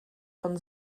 von